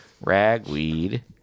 Ragweed